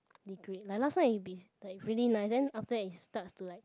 degrade like last time it be like really nice then after that it starts to like